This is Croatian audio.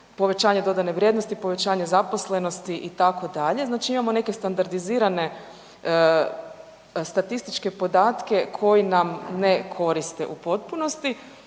povećanje dodane vrijednosti, povećanje zaposlenosti itd., znači imamo neke standardizirane statističke podatke koji nam ne koriste u potpunosti.